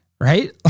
right